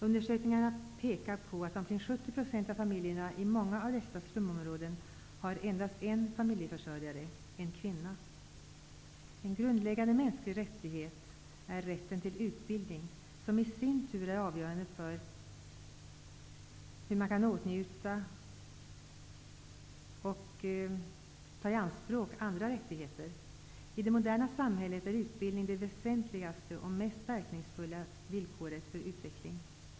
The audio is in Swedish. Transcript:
Undersökningar pekar på att omkring 70 % av familjerna i många av dessa slumområden har endast en familjeförsörjare -- en kvinna. En grundläggande mänsklig rättighet är rätten till utbildning, som i sin tur är avgörande för möjligheten att åtnjuta och ta i anspråk andra rättigheter. I det moderna samhället är utbildning det väsentligaste och mest verkningsfulla villkoret för utveckling.